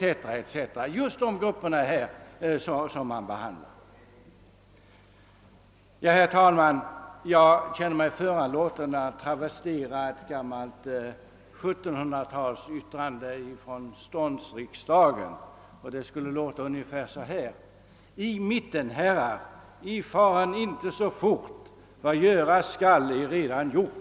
— alltså just de grupper som behandlas här. Herr talman! Jag känner mig föranlåten att travestera ett gammalt yttrande från ståndsriksdagen. Det skulle lyda ungefär så här: I mittenherrar, faren icke så fort! Vad göras skall är allaredan gjort.